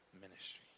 ministry